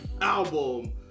Album